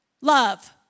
love